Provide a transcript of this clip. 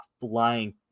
flying